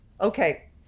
Okay